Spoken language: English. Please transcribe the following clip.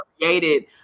created